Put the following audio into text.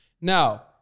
Now